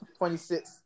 26